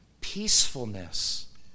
peacefulness